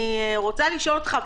אני רוצה לשאול אותך,